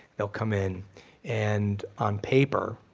they'll come in and on paper,